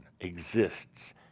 exists